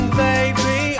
baby